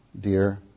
dear